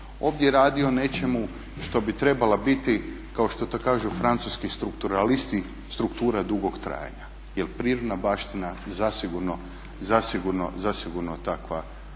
ovdje radi o nečemu što bi trebala biti kao što to kažu francuski strukturalisti, struktura dugog trajanja, jer prirodna baština zasigurno takva